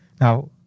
Now